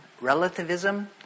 relativism